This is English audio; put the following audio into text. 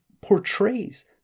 portrays